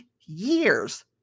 years